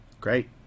Great